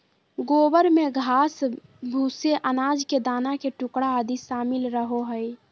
गोबर में घास, भूसे, अनाज के दाना के टुकड़ा आदि शामिल रहो हइ